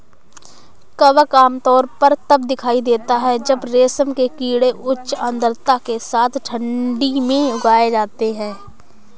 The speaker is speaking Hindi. कवक आमतौर पर तब दिखाई देता है जब रेशम के कीड़े उच्च आर्द्रता के साथ ठंडी में उठाए जाते हैं